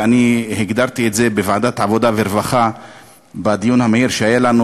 ואני הגדרתי את זה בוועדת העבודה והרווחה בדיון המהיר שהיה לנו,